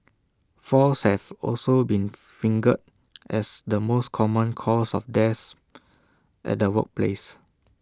falls have also been fingered as the most common cause of deaths at the workplace